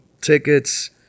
tickets